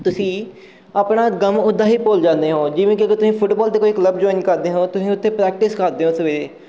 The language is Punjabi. ਤੁਸੀਂ ਆਪਣਾ ਗਮ ਉੱਦਾਂ ਹੀ ਭੁੱਲ ਜਾਂਦੇ ਹੋ ਜਿਵੇਂ ਕਿ ਅਗਰ ਤੁਸੀਂ ਫੁੱਟਬੋਲ ਦੇ ਕੋਈ ਕਲੱਬ ਜੁਆਇਨ ਕਰਦੇ ਹੋ ਤੁਸੀਂ ਉੱਥੇ ਪ੍ਰੈਕਟਿਸ ਕਰਦੇ ਹੋ ਸਵੇਰੇ